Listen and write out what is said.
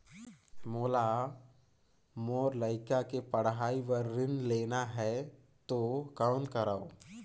मोला मोर लइका के पढ़ाई बर ऋण लेना है तो कौन करव?